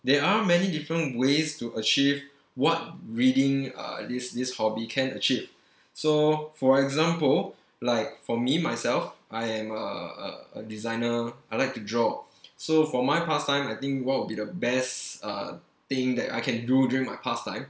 there are many different ways to achieve what reading uh this this hobby can achieve so for example like for me myself I am uh a designer I like to draw so for my pastime I think what would be the best uh thing that I can do during my pastime